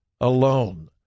alone